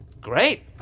Great